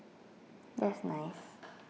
that's nice